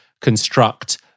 construct